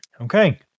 Okay